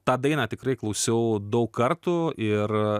tą dainą tikrai klausiau daug kartų ir